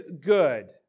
good